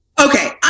Okay